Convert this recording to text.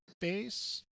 base